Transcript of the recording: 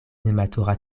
nematura